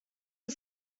are